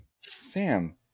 sam